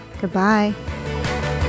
goodbye